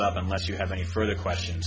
up unless you have any further questions